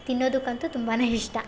ತಿನ್ನೋದಕ್ಕಂತೂ ತುಂಬಾ ಇಷ್ಟ